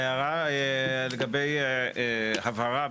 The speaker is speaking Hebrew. ההערה לגבי הבהרה,